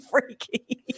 freaky